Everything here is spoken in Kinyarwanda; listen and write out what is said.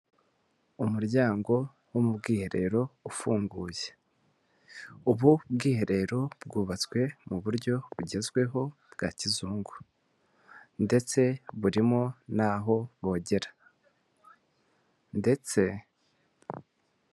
Umuryango wo mu bwiherero ufunguye, ubu bwiherero bwubatswe mu buryo bugezweho bwa kizungu, ndetse burimo naho bogera.